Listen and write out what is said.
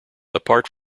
apart